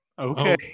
Okay